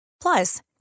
Plus